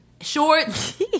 shorts